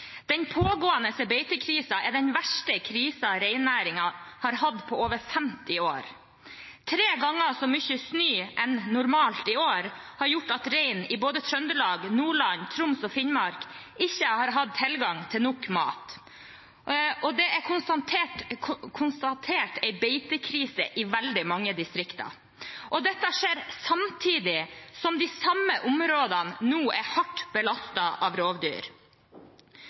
Den pågående beitekrisen er den verste krisen reinnæringen har hatt på over 50 år. Tre ganger så mye snø som normalt i år har gjort at reinen i både Trøndelag, Nordland, Troms og Finnmark ikke har hatt tilgang til nok mat. Det er konstatert en beitekrise i veldig mange distrikter, og dette skjer samtidig som de samme områdene nå er hardt belastet med rovdyr.